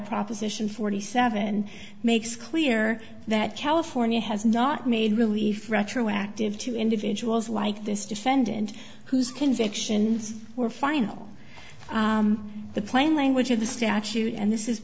proposition forty seven makes clear that california has not made relief retroactive to individuals like this defendant whose convictions were final the plain language of the statute and this is